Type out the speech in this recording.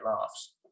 laughs